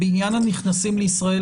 בעניין הנכנסים לישראל,